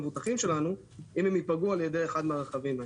למבוטחים שלנו אם הם ייפגעו על ידי אחד מהרכבים האלה.